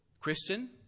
Christian